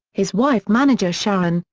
his wife manager sharon,